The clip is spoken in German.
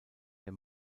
der